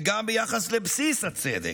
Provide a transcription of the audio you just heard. וגם ביחס לבסיס הצדק,